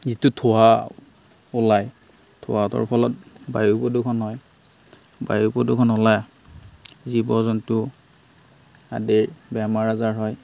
যিটো ধোঁৱা ওলায় ধোঁৱাটোৰ ফলত বায়ু প্ৰদূষণ হয় বায়ু প্ৰদূষণ হ'লে জীৱ জন্তু আদিৰ বেমাৰ আজাৰ হয়